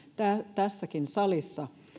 tässäkin salissa